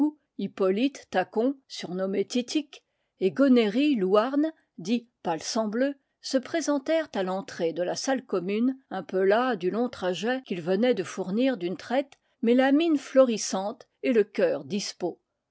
hippolyte tacon sur nommé titik et gonéry louarn dit palsambleu se présen tèrent à l'entrée de la salle commune un peu las du long trajet qu'ils venaient de fournir d'une traite mais la mine florissante et le cœur dispos